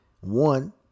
one